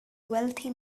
wealthy